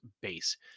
base